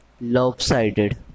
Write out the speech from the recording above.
Lopsided